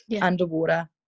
underwater